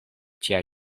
tia